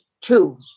Two